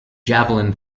javelin